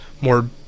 more